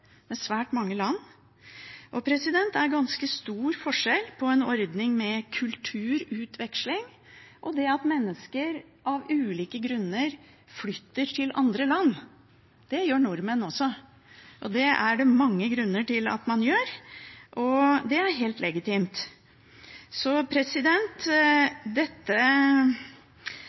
svært mange land. Og det er ganske stor forskjell på en ordning med kulturutveksling og det at mennesker av ulike grunner flytter til andre land. Det gjør nordmenn også, og det er det mange grunner til at man gjør. Det er helt legitimt.